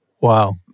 wow